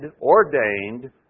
ordained